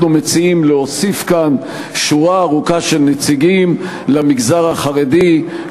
אנחנו מציעים להוסיף כאן שורה ארוכה של נציגים: למגזר החרדי,